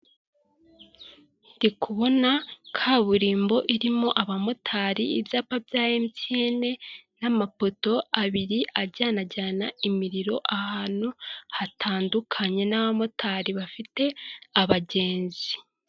Ndikubona kaburimbo irimo abamotari, ibyapa bya Emutiyene n'amapoto abiri ajyanajyana imiriro ahantu hatandukanye, n'abamotari bafite abagenzi.